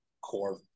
core